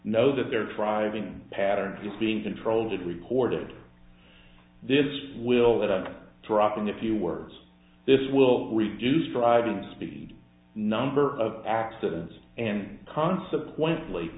know that they're trying pattern is being controlled recorded this will that i'm dropping a few words this will reduce driving speed number of accidents and consequently